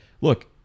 look